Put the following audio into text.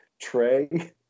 Trey